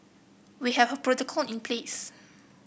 we have a protocol in place